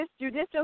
judicial